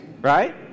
right